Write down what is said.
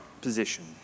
position